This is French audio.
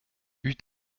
eut